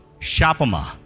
Shapama